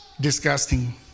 disgusting